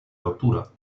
rottura